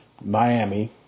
Miami